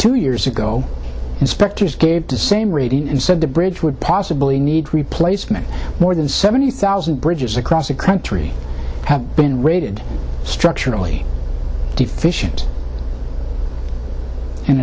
two years ago inspectors gave the same rating and said the bridge would possibly need replacement more than seventy bridges across the country have been raided structurally deficient in